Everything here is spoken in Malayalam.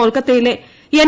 കൊൽക്കത്തയിലെ എൻ